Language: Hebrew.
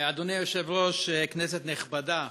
אדוני היושב-ראש, כנסת נכבדה,